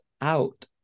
out